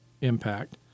impact